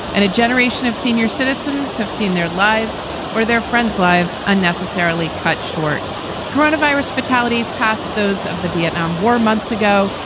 and a generation of senior citizens have seen their lives or their friends lives unnecessarily cut short coronavirus fatalities past those of the vietnam war months ago,